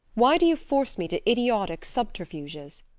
why do you force me to idiotic subterfuges?